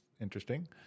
interesting